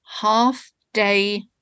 half-day